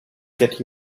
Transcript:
get